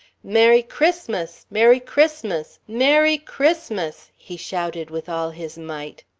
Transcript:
merry christmas! merry christmas! merry christmas! he shouted with all his might.